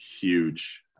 huge